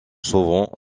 souvent